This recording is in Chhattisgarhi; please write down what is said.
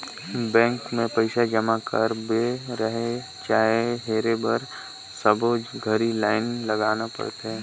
बेंक मे पइसा जमा करे बर रहें चाहे हेरे बर सबो घरी लाइन लगाना परथे